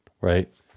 right